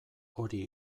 hori